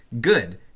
good